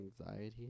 anxiety